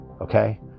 okay